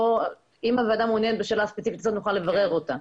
אם הוועדה מעוניינת בשאלה הספציפית הזאת נוכל לברר אותה,